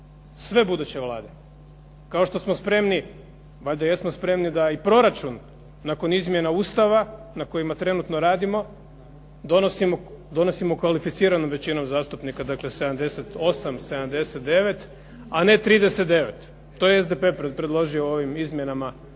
sve buduće Vlade, kao što smo spremni, valjda jesmo spremni da proračun nakon izmjena Ustava na kojima trenutno radimo donosimo kvalificiranom većinom zastupnika dakle 78, 79, a ne 39. To je SDP predložio u ovim izmjenama